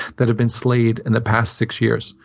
that have been slayed in the past six years.